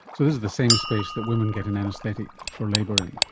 so this is the same space that women get an anaesthetic for labour in.